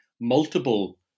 multiple